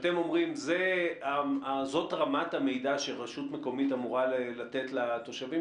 שאתם אומרים: זאת רמת המידע שרשות מקומית אמורה לתת לתושבים